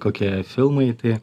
kokie filmai tai